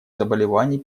заболеваний